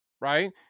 right